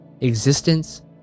existence